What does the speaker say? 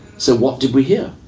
so what did we hear?